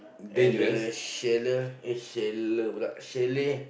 and the sheller eh sheller pula chalet